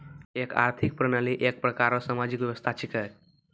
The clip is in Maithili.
एक आर्थिक प्रणाली एक प्रकार रो सामाजिक व्यवस्था छिकै